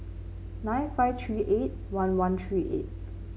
nine five three eight one one three eight